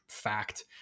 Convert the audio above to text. fact